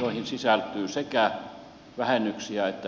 joihin sisältyy sekä vähennyksiä että lisäyksiä